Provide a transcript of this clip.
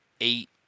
eight